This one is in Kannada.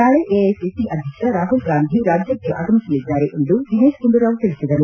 ನಾಳೆ ಎಐಸಿಸಿ ಅಧ್ಯಕ್ಷ ರಾಹುಲ್ಗಾಂಧಿ ರಾಜ್ಯಕ್ಕೆ ಆಗಮಿಸಲಿದ್ದಾರೆ ಎಂದು ದಿನೇಶ್ ಗುಂಡೂರಾವ್ ತಿಳಿಸಿದರು